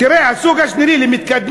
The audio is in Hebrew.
תראה, הסוג השני למתקדמים.